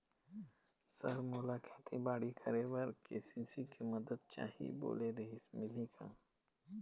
Sir मोला खेतीबाड़ी करेबर के.सी.सी के मंदत चाही बोले रीहिस मिलही का?